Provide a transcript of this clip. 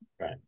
Right